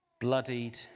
bloodied